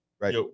right